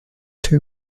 two